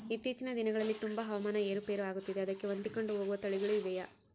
ಇತ್ತೇಚಿನ ದಿನಗಳಲ್ಲಿ ತುಂಬಾ ಹವಾಮಾನ ಏರು ಪೇರು ಆಗುತ್ತಿದೆ ಅದಕ್ಕೆ ಹೊಂದಿಕೊಂಡು ಹೋಗುವ ತಳಿಗಳು ಇವೆಯಾ?